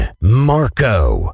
Marco